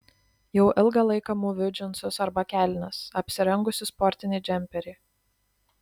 jau ilgą laiką mūviu džinsus arba kelnes apsirengusi sportinį džemperį